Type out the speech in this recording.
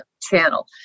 channel